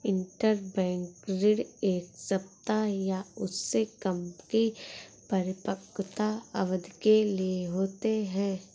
interbank ऋण एक सप्ताह या उससे कम की परिपक्वता अवधि के लिए होते हैं